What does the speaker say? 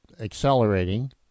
accelerating